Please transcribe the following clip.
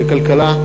לכלכלה,